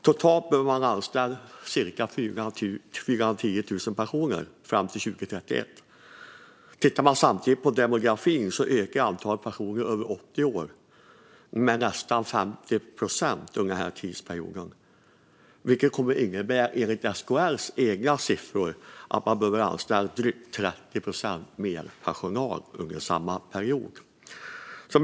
Totalt behöver man anställa cirka 410 000 personer fram till 2031. Tittar man samtidigt på demografin ser man att antalet personer över 80 år ökar med nästan 50 procent under den här tidsperioden. Det kommer enligt SKR:s egna siffror att innebära att man behöver anställa drygt 30 procent mer personal under samma period.